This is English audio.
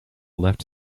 left